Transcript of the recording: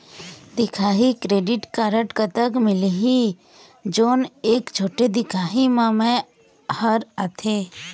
दिखाही credit card कतक मिलही जोन एक छोटे दिखाही म मैं हर आथे?